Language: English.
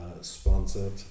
sponsored